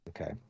Okay